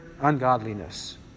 ungodliness